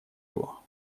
его